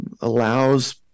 allows